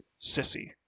sissy